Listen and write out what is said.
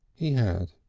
he had.